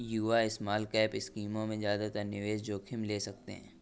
युवा स्मॉलकैप स्कीमों में ज्यादा निवेश जोखिम ले सकते हैं